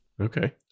Okay